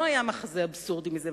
לא היה מחזה אבסורדי מזה,